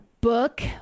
Book